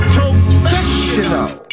professional